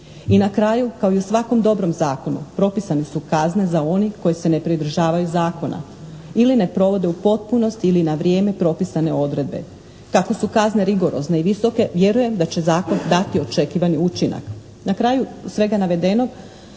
I na kraju, kao i svakom dobrom zakonu, propisane su kazne za one koji se pridržavaju zakona ili ne provode u potpunosti ili na vrijeme propisane odredbe. Kako su kazne rigorozne i visoke, vjerujem da će zakon dati očekivani učinak. Na kraju svega navedenog,